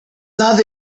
love